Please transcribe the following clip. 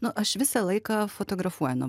nu aš visą laiką fotografuoju nuo